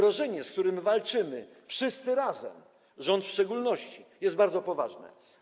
Zagrożenie, z którym walczymy wszyscy razem, rząd w szczególności, jest bardzo poważne.